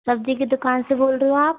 सब्जी की दुकान से बोल रहे हो आप